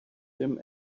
him